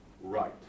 right